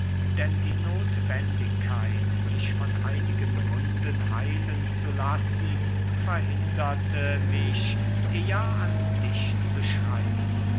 denn die nothwendigkeit mich von einigen wunden heilen zu lassen verhinderte mich eher an dich zu schreiben